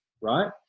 right